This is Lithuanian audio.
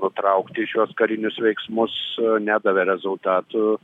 nutraukti šiuos karinius veiksmus nedavė rezultatų